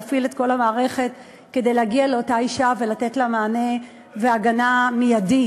להפעיל את כל המערכת כדי להגיע לאותה אישה ולתת לה מענה והגנה מיידית.